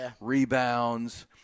rebounds